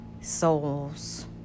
souls